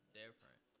different